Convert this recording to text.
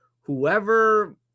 whoever